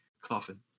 coffin